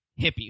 hippies